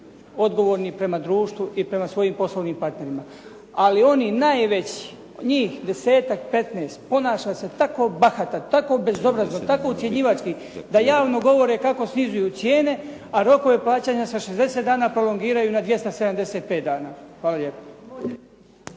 odgovorni prema društvu i prema svojim poslovnim partnerima. Ali onih najvećih, njih 10-ak, 15, ponaša se tako bahato, tako bezobrazno, tako ucjenjivački da javno govore kako snižavaju cijene a rokove plaćanja sa 60 dana prolongiraju na 275 dana. Hvala lijepo.